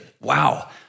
Wow